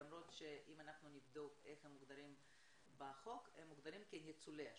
למרות שאם אנחנו נבדוק איך הם מוגדרים בחוק הם מוגדרים כניצולי השואה.